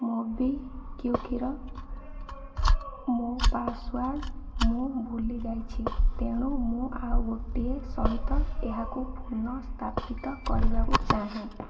ମୋବିକ୍ଵିକ୍ର ମୋ ପାସୱାର୍ଡ଼ ମୁଁ ଭୁଲି ଯାଇଛି ତେଣୁ ମୁଁ ଆଉ ଗୋଟିଏ ସହିତ ଏହାକୁ ପୁନଃସଂସ୍ଥାପିତ କରିବାକୁ ଚାହେଁ